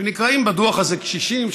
שנקראים בדוח הזה "קשישים",